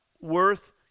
worth